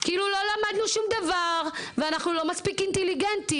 כאילו לא למדנו שום דבר ואנחנו לא מספיק אינטליגנטים,